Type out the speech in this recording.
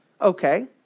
Okay